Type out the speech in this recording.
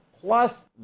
plus